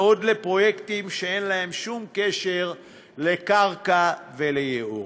ועוד לפרויקטים שאין להם שום קשר לקרקע ולייעור.